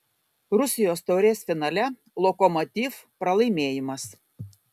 rusijos taurės finale lokomotiv pralaimėjimas